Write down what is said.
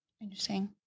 Interesting